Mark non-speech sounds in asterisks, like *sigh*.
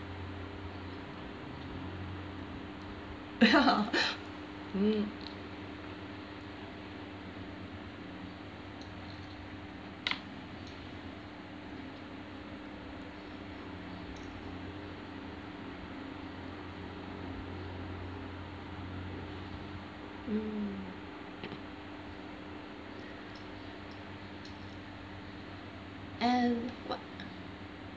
*laughs* mm mm and what